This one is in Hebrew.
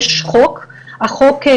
יש חוק ארכאי,